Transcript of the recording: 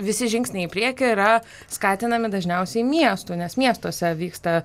visi žingsniai į priekį yra skatinami dažniausiai miestų nes miestuose vyksta